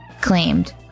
claimed